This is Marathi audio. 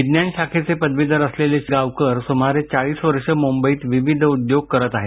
विज्ञान शाखेचे पदवीधर असलेले गावकर सुमारे चाळीस वर्षं मुंबईत विविध उद्योग करत आहेत